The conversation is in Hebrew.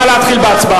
נא לצאת.